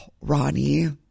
Ronnie